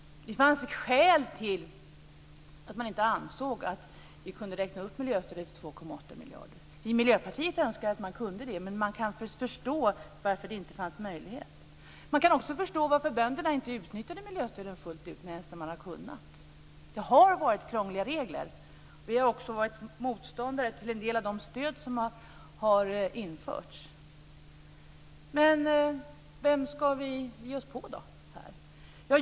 Det fanns ett skäl att anse att vi inte kunde räkna upp miljöstödet till 2,8 miljarder. Vi i Miljöpartiet skulle önska att det hade gått att göra det, men vi kan förstå att det inte fanns möjlighet. Man kan också förstå varför bönderna inte utnyttjade miljöstödet fullt ut trots att de har kunnat. Det har varit krångliga regler. Vi har också varit motståndare till en del av de stöd som har införts. Men vem ska vi då ge oss på här?